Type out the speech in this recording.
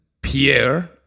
Pierre